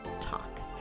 talk